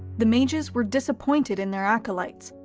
the mages were disappointed in their acolytes,